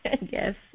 Yes